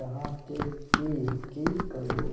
जाहा ते ती की करबो?